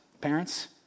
parents